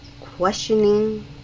questioning